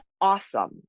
awesome